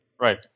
Right